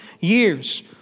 years